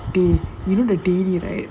dai~ you know the daily right